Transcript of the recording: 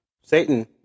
Satan